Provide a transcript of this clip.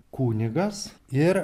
kunigas ir